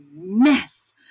mess